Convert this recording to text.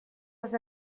les